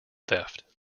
theft